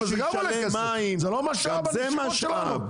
זה לא משאב, הנשימות שלנו?